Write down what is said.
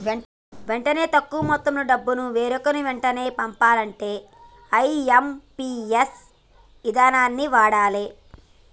వెంటనే తక్కువ మొత్తంలో డబ్బును వేరొకరికి వెంటనే పంపాలంటే ఐ.ఎమ్.పి.ఎస్ ఇదానాన్ని వాడాలే